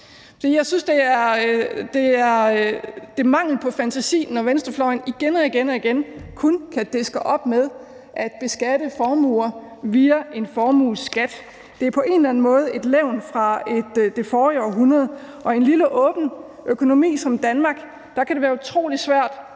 Jeg synes, det er mangel på fantasi, når venstrefløjen igen og igen kun kan diske op med at beskatte formuer via en formueskat. Det er på en eller anden måde et levn fra det forrige århundrede. Og i en lille åben økonomi som Danmarks kan det være utrolig svært